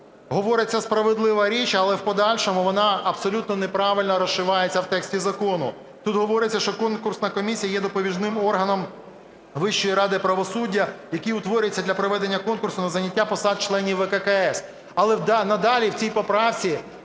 говориться справедлива річ, але в подальшому вона абсолютно неправильно розшивається в тексті закону. Тут говориться, що конкурсна комісія є допоміжним органом Вищої ради правосуддя, який утворюється для проведення конкурсу на зайняття посад членів ВККС. Але надалі в цій поправці